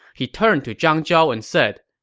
he turned to zhang zhao and said,